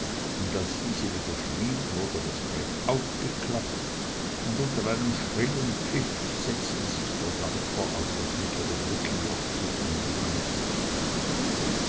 und als diese wieder schwieg wurde das brett aufgeklappt und unter einem schrillen pfiff setzte sich der dampfer auf das mittlere brückenjoch zu in bewegung